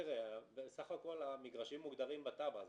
תראה, בסך הכול המגרשים מוגדרים בתב"ע.